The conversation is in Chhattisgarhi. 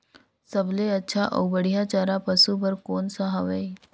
सबले अच्छा अउ बढ़िया चारा पशु बर कोन सा हवय?